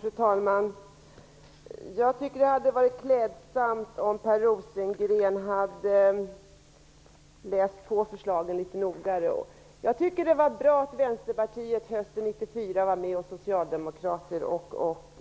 Fru talman! Jag tycker att det hade varit klädsamt om Per Rosengren hade läst på förslagen litet noggrannare. Jag tycker att det var bra att Vänsterpartiet hösten 1994 var med oss socialdemokrater och